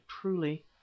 truly